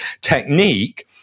technique